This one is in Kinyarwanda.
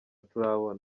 turabona